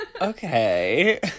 Okay